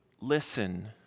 listen